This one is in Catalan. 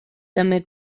també